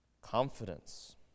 confidence